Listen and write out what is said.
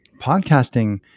Podcasting